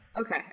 okay